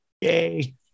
Yay